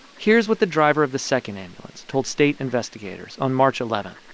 here's what the driver of the second ambulance told state investigators on march eleven,